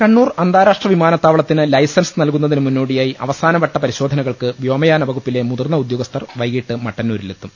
കണ്ണൂർ അന്താരാഷ്ട്ര വിമാനത്താവളത്തിന് ലൈസൻസ് നൽകു ന്നതിന് മുന്നോടിയായി അവസാന വട്ട പരിശോധനകൾക്ക് വ്യോമ യാന വകുപ്പിലെ മുതിർന്ന ഉദ്യോഗസ്ഥർ വൈകിട്ട് മട്ടന്നൂരിലെ ത്തും